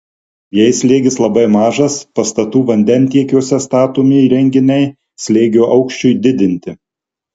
jei slėgis labai mažas pastatų vandentiekiuose statomi įrenginiai slėgio aukščiui didinti